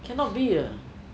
cannot be ah